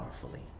powerfully